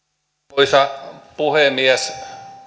arvoisa puhemies